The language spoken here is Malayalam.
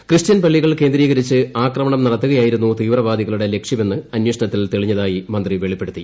ക്രിസ്ത്യൻ പള്ളികൾ കേന്ദ്രീകരിച്ച് ആക്രമണം നടത്തുകയായിരുന്നു തീവ്രവാദികളുടെ ലക്ഷ്യമെന്ന് അന്വേഷണത്തിൽ തെളിഞ്ഞതായി മന്ത്രി വെളിപ്പെടുത്തി